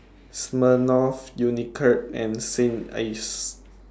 Smirnoff Unicurd and Saint Ives